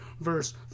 verse